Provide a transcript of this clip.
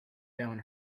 down